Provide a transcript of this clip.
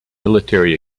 military